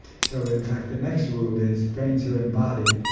so in fact the next rule is brains are embodied,